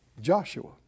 Joshua